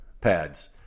pads